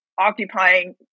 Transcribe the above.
occupying